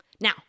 Now